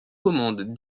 commande